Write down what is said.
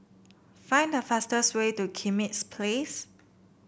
find the fastest way to Kismis Place